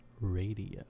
Radio